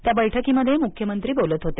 त्या बैठकीमध्ये मुख्यमंत्री बोलत होते